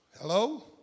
Hello